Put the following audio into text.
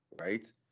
right